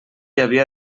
havia